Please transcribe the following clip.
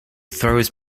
throws